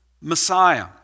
Messiah